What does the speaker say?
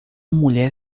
mulher